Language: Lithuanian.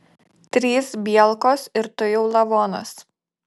trys bielkos ir tu jau lavonas